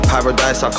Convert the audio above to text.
Paradise